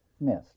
missed